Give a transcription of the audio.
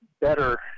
better